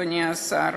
אדוני השר.